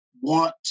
want